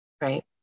right